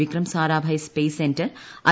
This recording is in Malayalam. Vikram Sarabhai space centre I